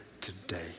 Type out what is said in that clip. today